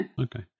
Okay